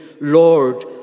Lord